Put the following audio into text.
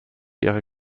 ihre